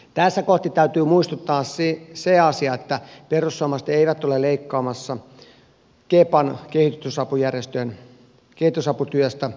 tässä kohti täytyy muistuttaa se asia että perussuomalaiset eivät ole leikkaamassa kepan kehitysapujärjestön kehitysaputyöstä